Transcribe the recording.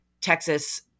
Texas